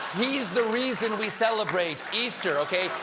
he's the reason we celebrate easter, okay.